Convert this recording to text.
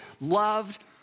loved